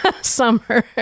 summer